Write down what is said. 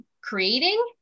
creating